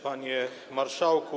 Panie Marszałku!